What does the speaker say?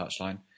touchline